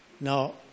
Now